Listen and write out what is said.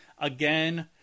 again